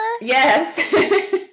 Yes